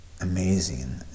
Amazing